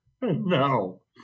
no